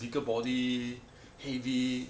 bigger body heavy